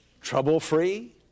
trouble-free